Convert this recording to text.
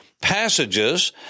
passages